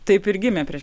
taip ir gimė prieš